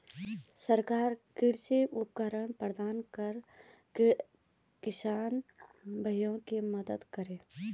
सरकार कृषि उपकरण प्रदान कर किसान भाइयों की मदद करें